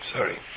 Sorry